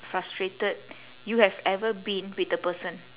frustrated you have ever been with a person